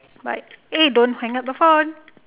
bye eh don't hang up the phone